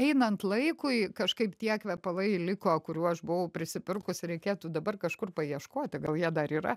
einant laikui kažkaip tie kvepalai liko kurių aš buvau prisipirkusi reikėtų dabar kažkur paieškoti gal jie dar yra